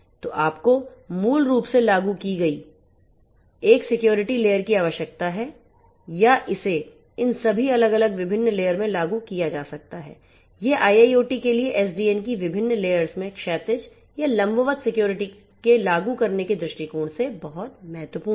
तो आपको मूल रूप से लागू की गई एक सिक्योरिटी लेयर की आवश्यकता है या इसे इन सभी अलग अलग विभिन्न लेयर में लागू किया जा सकता है यह IIoT के लिए SDN की विभिन्न लेयर्स में क्षैतिज या लंबवत सिक्योरिटी के लागू करने के दृष्टिकोण से बहुत महत्वपूर्ण है